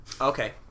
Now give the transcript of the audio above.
Okay